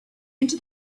into